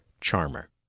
Charmer